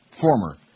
former